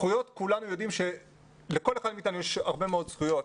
כולנו יודעים שלכל אחד מאיתנו יש הרבה מאוד זכויות,